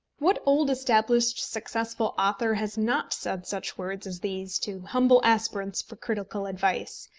what old-established successful author has not said such words as these to humble aspirants for critical advice,